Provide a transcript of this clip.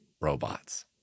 robots